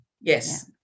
yes